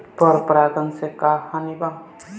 पर परागण से का हानि बा?